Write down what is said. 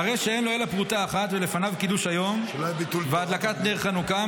"הרי שאין לו אלא פרוטה אחת ולפניו קידוש היום והדלקת נר חנוכה,